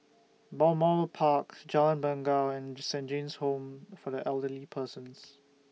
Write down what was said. Balmoral Park Jalan Bangau and Saint John's Home For The Elderly Persons